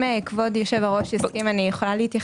אם כבוד היושב-ראש יסכים, אני יכולה להתייחס?